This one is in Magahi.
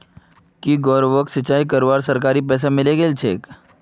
की गौरवक सिंचाई करवार सरकारी पैसा मिले गेल छेक